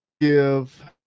give